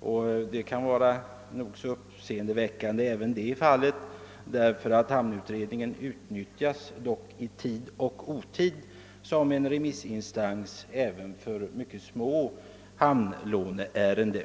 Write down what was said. och det kan vara nog så uppseendeväckande, eftersom hamnutredningen dock utnyttjats i tid och otid som remissinstans även för mycket små hamnlåneärenden.